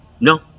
No